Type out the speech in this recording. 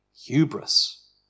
Hubris